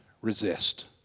Resist